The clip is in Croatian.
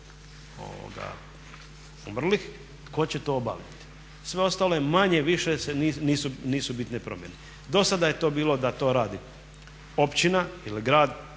umrlih, tko će to obaviti. Sve ostalo manje-više nisu bitne promjene. Dosada je to bilo da to radi općina ili grad